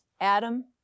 Adam